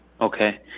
Okay